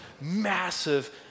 massive